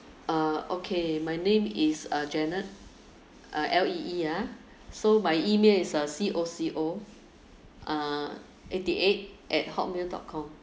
uh okay my name is uh janet L E E ah so my email is uh C O C O uh eighty eight at hotmail dot com